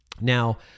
Now